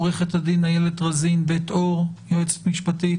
עוה"ד איילת רזין בית אור, יועצת משפטית